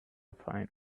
fine